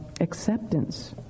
acceptance